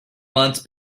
months